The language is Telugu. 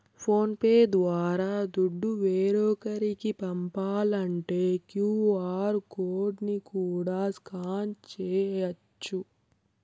ఫోన్ పే ద్వారా దుడ్డు వేరోకరికి పంపాలంటే క్యూ.ఆర్ కోడ్ ని కూడా స్కాన్ చేయచ్చు